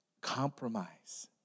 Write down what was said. Compromise